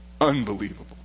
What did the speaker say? unbelievable